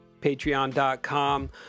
patreon.com